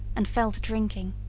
and fell to drinking.